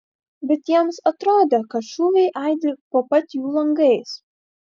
bet jiems atrodė kad šūviai aidi po pat jų langais